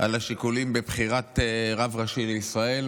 על השיקולים בבחירת רב ראשי לישראל.